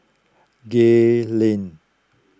Gay Lane